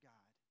God